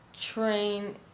train